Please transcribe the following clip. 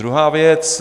Druhá věc.